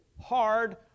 hard